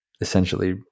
essentially